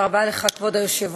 תודה רבה לך, כבוד היושב-ראש.